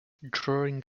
drawing